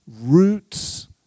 roots